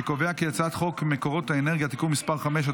אני קובע כי הצעת חוק מקורות האנרגיה (תיקון מס' 5),